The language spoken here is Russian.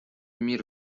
мир